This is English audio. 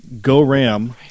go-ram